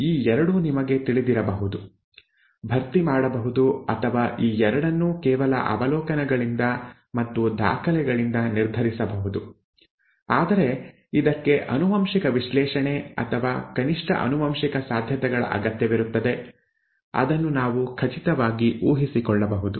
ಈ ಎರಡು ನಿಮಗೆ ತಿಳಿದಿರಬಹುದು ಭರ್ತಿ ಮಾಡಬಹುದು ಅಥವಾ ಈ ಎರಡನ್ನು ಕೇವಲ ಅವಲೋಕನಗಳಿಂದ ಮತ್ತು ದಾಖಲೆಗಳಿಂದ ನಿರ್ಧರಿಸಬಹುದು ಆದರೆ ಇದಕ್ಕೆ ಆನುವಂಶಿಕ ವಿಶ್ಲೇಷಣೆ ಅಥವಾ ಕನಿಷ್ಠ ಆನುವಂಶಿಕ ಸಾಧ್ಯತೆಗಳ ಅಗತ್ಯವಿರುತ್ತದೆ ಅದನ್ನು ನಾವು ಖಚಿತವಾಗಿ ಊಹಿಸಿಕೊಳ್ಳಬಹುದು